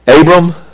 Abram